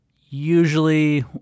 usually